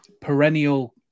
perennial